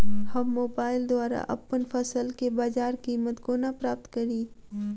हम मोबाइल द्वारा अप्पन फसल केँ बजार कीमत कोना प्राप्त कड़ी?